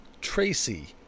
Tracy